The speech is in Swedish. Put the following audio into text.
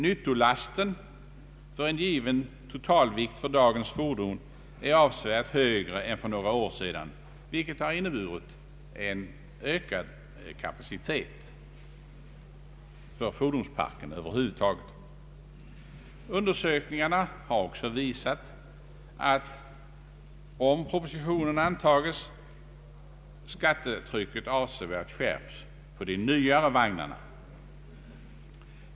Nyttolasten för en given totalvikt för dagens fordon är avsevärt högre än för några år sedan, vilket har inneburit en ökad kapacitet för fordonsparken över huvud taget. Undersökningarna har också visat att, om propositionen antages, skattetrycket avsevärt skärpts på de nyare vagnarna.